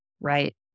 right